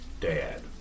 dad